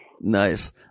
Nice